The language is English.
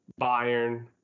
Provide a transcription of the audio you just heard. Bayern